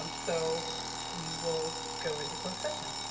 um so we will go into closed session.